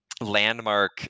landmark